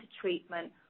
treatment